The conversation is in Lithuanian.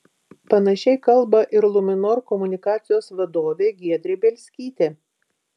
panašiai kalba ir luminor komunikacijos vadovė giedrė bielskytė